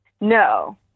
no